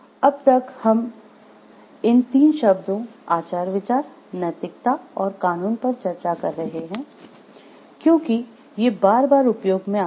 अब तक हम हम इन तीन शब्दों आचार विचार नैतिकता और कानून पर चर्चा कर रहे हैं क्योंकि ये बार बार उपयोग मे आते हैं